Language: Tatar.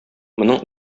моның